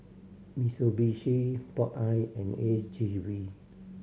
Mitsubishi Popeye and A G V